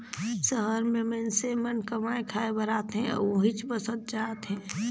सहर में मईनसे मन कमाए खाये बर आथे अउ उहींच बसत जात हें